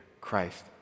Christ